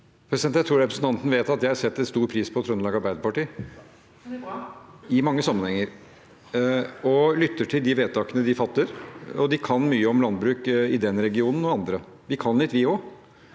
Jeg tror representanten vet at jeg setter stor pris på Trøndelag Arbeiderparti i mange sammenhenger og lytter til de vedtakene de fatter. De kan mye om landbruk i den regionen og i andre. Vi kan litt, vi også.